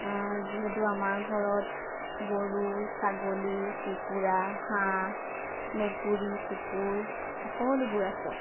যিহেতু আমাৰ ঘৰত গৰু ছাগলী কুকুৰা হাঁহ মেকুৰী কুকুৰ সকলোবোৰ আছে